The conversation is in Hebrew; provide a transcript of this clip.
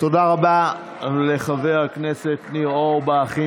תודה רבה לחבר הכנסת ניר אורבך.